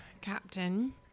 Captain